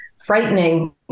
frightening